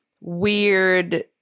weird